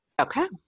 Okay